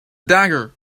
dagger